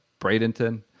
Bradenton